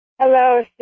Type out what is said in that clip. Hello